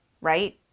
right